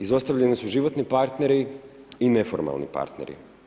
Izostavljeni su životni partneri i neformalni partneri.